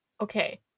okay